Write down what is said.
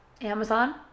Amazon